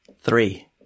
three